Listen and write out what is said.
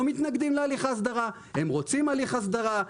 הם לא מתנגדים להליך ההסדרה, הם רוצים הליך הסדרה.